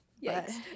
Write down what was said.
Yes